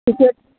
ticket